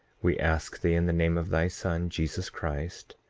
we ask thee, in the name of thy son, jesus christ,